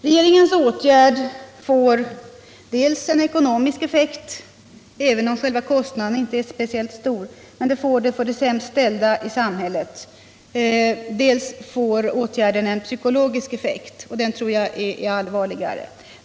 Regeringens åtgärd får dels en ekonomisk effekt för de sämst ställda i samhället, även om själva kostnaden inte är speciellt stor, dels en psykologisk effekt, och den tror jag är allvarligare.